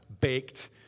baked